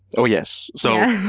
oh yes! so,